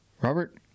Robert